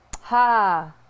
Ha